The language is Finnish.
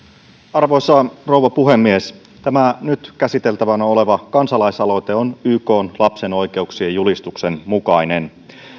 arvoisa rouva puhemies tämä nyt käsiteltävänä oleva kansalaisaloite on ykn lapsen oikeuksien julistuksen mukainen